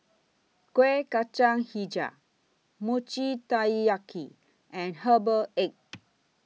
Kuih Kacang Hijau Mochi Taiyaki and Herbal Egg